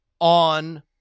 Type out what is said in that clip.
on